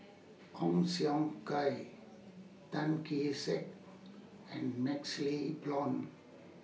Ong Siong Kai Tan Kee Sek and MaxLe Blond